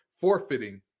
forfeiting